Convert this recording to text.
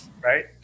Right